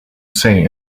say